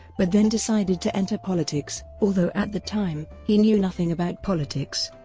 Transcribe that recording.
but then decided to enter politics, although at the time he knew nothing about politics.